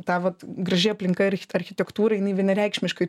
ta vat graži aplinka ir architektūra jinai vienareikšmiškai